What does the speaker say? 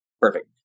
Perfect